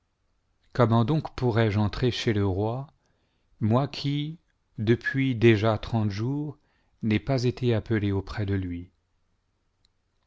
comment donc pourrais-je entrer chez le roi moi qui depuis déjà trente jours n'ai pas été appelée auprès de lui